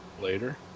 later